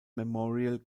memorial